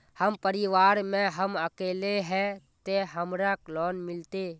हम परिवार में हम अकेले है ते हमरा लोन मिलते?